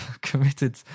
committed